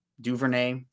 Duvernay